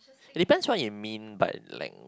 it depends what you mean by length